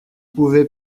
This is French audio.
pouvez